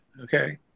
Okay